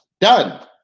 Done